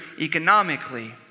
economically